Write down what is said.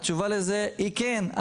התשובה לזה היא כן.